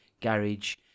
garage